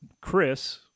Chris